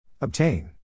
Obtain